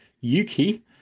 Yuki